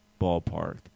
ballpark